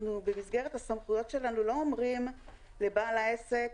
אנחנו במסגרת הסמכויות שלנו לא אומרים לבעל העסק,